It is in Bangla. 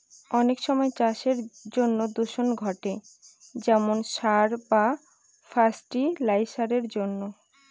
অনেক সময় চাষের জন্য দূষণ ঘটে যেমন সার বা ফার্টি লাইসারের জন্য